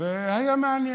והיה מעניין.